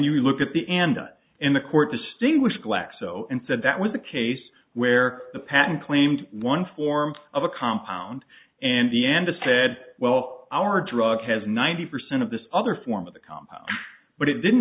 you look at the anda in the court distinguish glaxo and said that was the case where the patent claimed one form of a compound and the end of said well our drug has ninety percent of this other form of the com but it didn't